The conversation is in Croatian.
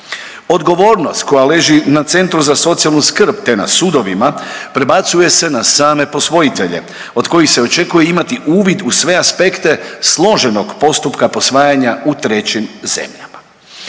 odgovornost koja leži na centru za socijalnu skrb te na sudovima prebacuje se na same posvojitelje od kojih se očekuje imati uvid u sve aspekte složenog postupka posvajanja u trećim zemljama.